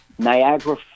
Niagara